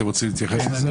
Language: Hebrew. אתם רוצים להתייחס לזה?